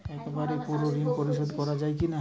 একবারে পুরো ঋণ পরিশোধ করা যায় কি না?